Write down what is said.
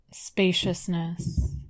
spaciousness